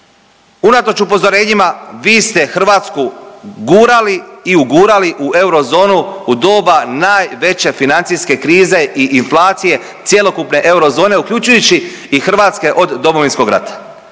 Unatoč upozorenjima, vi ste Hrvatsku gurali i ugurali u eurozonu u doba najveće financijske krize i inflacije cjelokupne eurozone, uključujući i hrvatske od Domovinskog rata